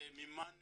מימנו